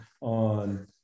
on